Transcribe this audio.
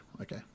okay